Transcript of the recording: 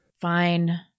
Fine